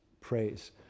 praise